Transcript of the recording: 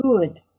good